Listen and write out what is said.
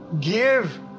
give